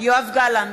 יואב גלנט,